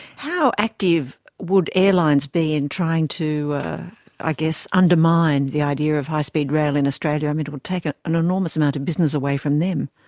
how active would airlines be in trying to ah undermine the idea of high speed rail in australia? it it would take ah an enormous amount of business away from them.